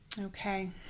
Okay